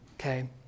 Okay